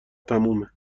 تمومه